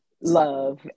love